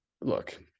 Look